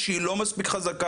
כאשר כמובן זה לא חל,